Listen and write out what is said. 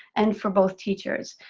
and for both teachers.